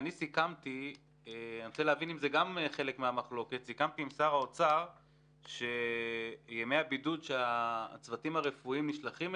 אני רוצה להתייחס גם לבעיות שקיימות בבתי החולים בנצרת.